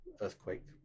earthquake